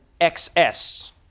XS